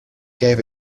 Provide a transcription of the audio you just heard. gave